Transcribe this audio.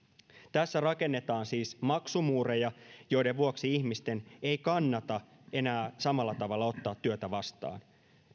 tässä rakennetaan siis maksumuureja joiden vuoksi ihmisten ei kannata enää samalla tavalla ottaa työtä vastaan